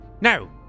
Now